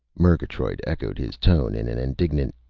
murgatroyd echoed his tone in an indignant,